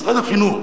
משרד החינוך.